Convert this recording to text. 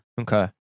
Okay